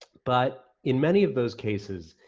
but in many of those cases,